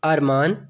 अरमान